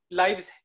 lives